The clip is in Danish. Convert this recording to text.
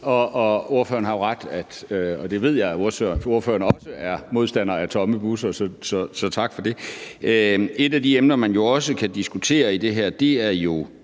Ordføreren har jo ret, og jeg ved, at ordføreren også er modstander af tomme busser. Så tak for det. Et af de emner, man også kan diskutere i det her – det har